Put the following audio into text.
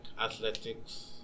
athletics